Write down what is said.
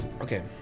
Okay